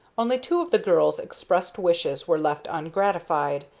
only two of the girl's expressed wishes were left ungratified,